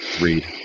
read